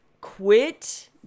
Quit